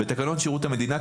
בתקנון שירות המדינה,